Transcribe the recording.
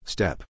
Step